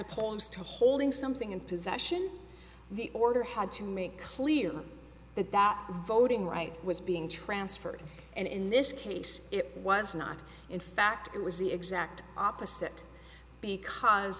opposed to holding something in possession the order had to make clear that that voting rights was being transferred and in this case it was not in fact it was the exact opposite because